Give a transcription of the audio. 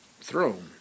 Throne